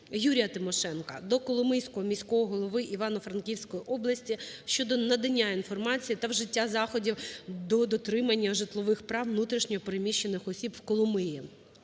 ЮріяТимошенка до Коломийського міського голови Івано-Франківської області щодо надання інформації та вжиття заходів до дотримання житлових прав внутрішньо переміщених осіб в Коломиї.